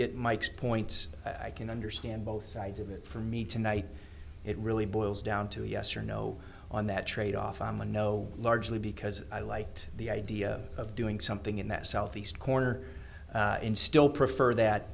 get mike's point i can understand both sides of it for me tonight it really boils down to yes or no on that trade off i'm a no largely because i liked the idea of doing something in that southeast corner and still prefer that